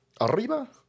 Arriba